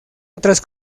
otras